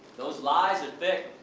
those lies are thick.